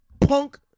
Punk